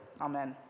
Amen